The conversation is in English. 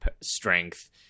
strength